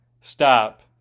stop